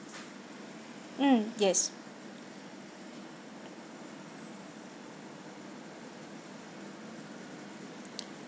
mm yes